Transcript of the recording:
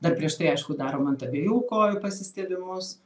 dar prieš tai aišku darom ant abiejų kojų pasistiebimus